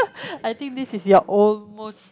I think this is your almost